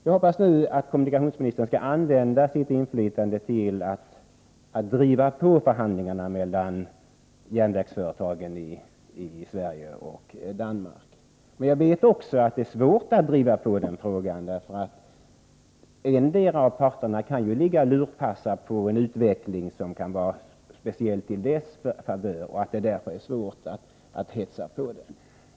Nu hoppas jag att kommunikationsministern skall använda sitt inflytande till att driva på förhandlingarna mellan järnvägsföretagen i Sverige och Danmark. Men jag vet också att det är svårt. Endera av parterna kan ju ligga och lurpassa på en utveckling som kan vara speciellt till dess favör, och därför är det svårt att hetsa på i denna fråga.